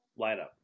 lineup